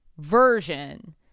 Version